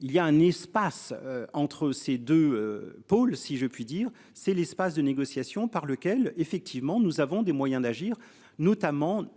Il y a un espace. Entre ces 2 pôles si je puis dire, c'est l'espace de négociation par lequel effectivement nous avons des moyens d'agir, notamment.